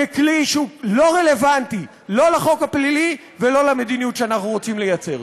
ככלי שהוא לא רלוונטי לא לחוק הפלילי ולא למדיניות שאנחנו רוצים לייצר.